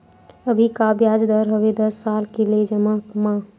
अभी का ब्याज दर हवे दस साल ले जमा मा?